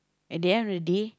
at the end of the day